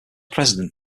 president